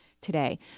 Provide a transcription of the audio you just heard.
today